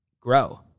Grow